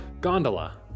Gondola